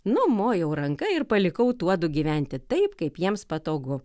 numojau ranka ir palikau tuodu gyventi taip kaip jiems patogu